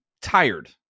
tired